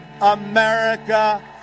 America